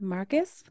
Marcus